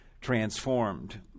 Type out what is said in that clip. transformed